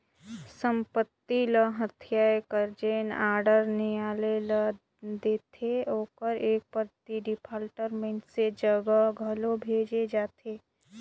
संपत्ति ल हथियाए कर जेन आडर नियालय ल देथे ओकर एक प्रति डिफाल्टर मइनसे जग घलो भेजल जाथे